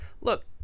Look